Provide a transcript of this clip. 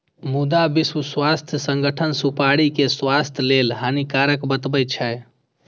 मुदा विश्व स्वास्थ्य संगठन सुपारी कें स्वास्थ्य लेल हानिकारक बतबै छै